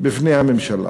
בפני הממשלה,